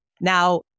Now